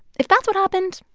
if that's what happened,